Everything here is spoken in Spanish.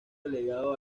delegado